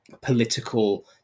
political